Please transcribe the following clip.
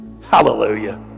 Hallelujah